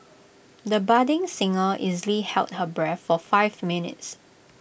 the budding singer easily held her breath for five minutes